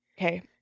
okay